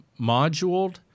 moduled